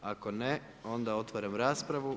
Ako ne, onda otvaram raspravu.